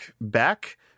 back